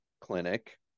clinic